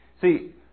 See